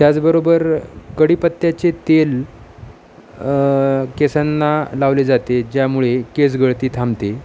त्याचबरोबर कडीपत्त्याचे तेल केसांना लावले जाते ज्यामुळे केस गळती थांबते